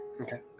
Okay